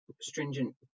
stringent